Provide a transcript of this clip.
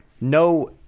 No